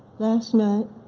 last night,